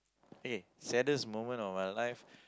okay saddest moment of our lives